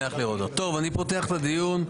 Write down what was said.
אני פותח את הדיון.